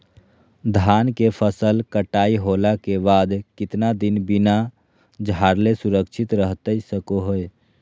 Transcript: धान के फसल कटाई होला के बाद कितना दिन बिना झाड़ले सुरक्षित रहतई सको हय?